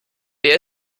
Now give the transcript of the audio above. wer